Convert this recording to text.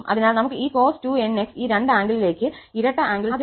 അതിനാൽ നമുക്ക് ഈ cos2 𝑛𝑥 ഈ രണ്ട് ആംഗിളിലേക്ക് ഇരട്ട ആംഗിൾ 2𝑛𝑥 ആക്കി മാറ്റാം